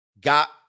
got